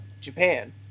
Japan